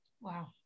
Wow